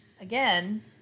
Again